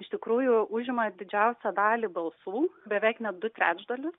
iš tikrųjų užima didžiausią dalį balsų beveik net du trečdalius